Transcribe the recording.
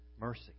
Mercy